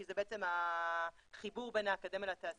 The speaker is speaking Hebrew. כי זה בעצם החיבור בין האקדמיה לתעשייה.